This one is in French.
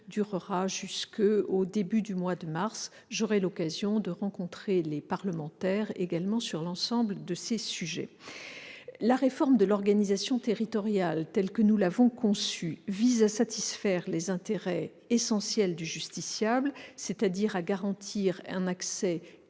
durera jusqu'au début du mois de mars. J'aurai également l'occasion de rencontrer les parlementaires sur l'ensemble de ces sujets. La réforme de l'organisation territoriale telle que nous l'avons conçue vise à satisfaire les intérêts essentiels du justiciable, c'est-à-dire à garantir un accès